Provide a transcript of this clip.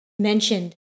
mentioned